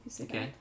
Okay